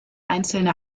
einzelne